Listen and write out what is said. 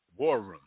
WARROOM